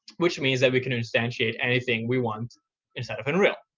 which means that we can instantiate anything we want inside of unreal.